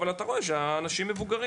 אבל אתה רואה שאנשים מבוגרים,